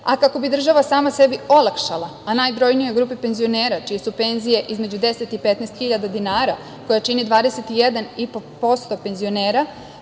a kako bi država sama sebi olakšala, najbrojnijoj grupi penzionera, čije su penzije između 10 i 15 hiljada dinara, koji čine 21,5% penzionera,